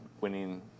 winning